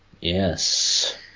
Yes